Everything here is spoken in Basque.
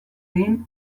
egin